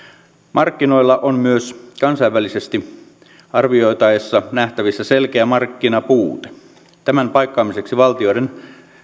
markkinoilla on myös kansainvälisesti arvioitaessa nähtävissä selkeä markkinapuute tämän paikkaamiseksi valtion